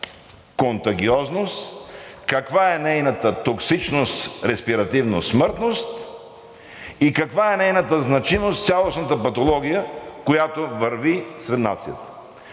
контагиозност; каква е нейната токсичност; респиративност; смъртност и каква е нейната значимост в цялостната патология, която върви сред нацията.